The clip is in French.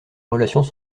relations